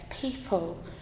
people